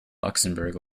luxembourg